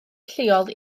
lleol